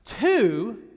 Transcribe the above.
Two